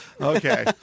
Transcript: okay